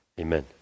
Amen